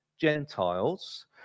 Gentiles